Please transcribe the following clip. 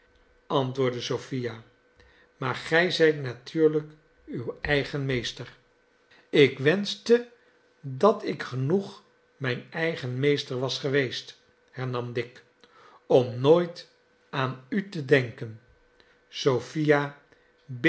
antwoordde sophia maar gij zijt natuurhjk uw eigen meester ik wenschte dat ik genoeg mijn eigen meester was geweest hernam dick om nooit aan u te denken